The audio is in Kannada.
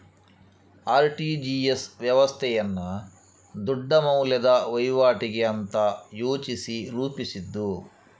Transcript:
ಆರ್.ಟಿ.ಜಿ.ಎಸ್ ವ್ಯವಸ್ಥೆಯನ್ನ ದೊಡ್ಡ ಮೌಲ್ಯದ ವೈವಾಟಿಗೆ ಅಂತ ಯೋಚಿಸಿ ರೂಪಿಸಿದ್ದು